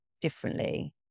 differently